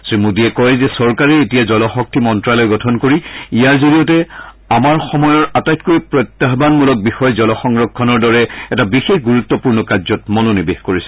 শ্ৰীমোডীয়ে কয় যে চৰকাৰে এতিয়া জলশক্তি মন্ত্ৰ্যালয় গঠন কৰি ইয়াৰ জৰিয়তে আমাৰ সময়ৰ আটাইতকৈ প্ৰত্যাহবানমূলক বিষয় জল সংৰক্ষণৰ দৰে এটা বিশেষ গুৰুত্বপূৰ্ণ কাৰ্যত মনোনিৱেশ কৰিছে